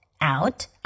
out